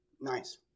Nice